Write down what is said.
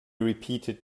repeated